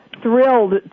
thrilled